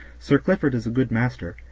sir clifford is a good master,